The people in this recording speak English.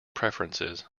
preferences